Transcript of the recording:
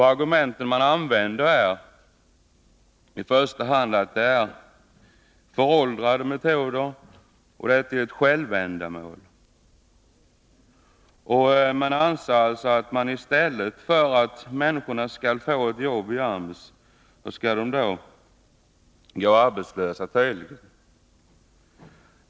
De argument som man tar till är i första hand att det är fråga om föråldrade metoder och att det är ett självändamål. Man anser tydligen att människorna i stället för att få ett AMS-jobb skall gå arbetslösa.